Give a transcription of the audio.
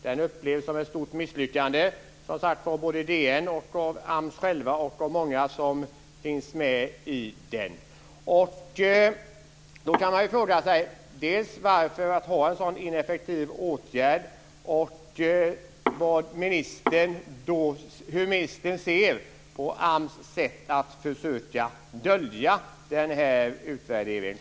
Den upplevs, som sagt, enligt DN som ett stort misslyckande av AMS självt och av många som är med i den. Då kan man fråga sig varför man har en sådan ineffektiv åtgärd och hur ministern ser på att AMS försöker dölja den här utvärderingen.